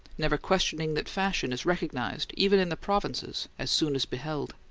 never questioning that fashion is recognized, even in the provinces, as soon as beheld.